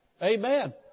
Amen